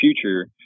future